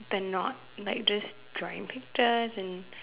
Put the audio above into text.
the not like just drawing pictures and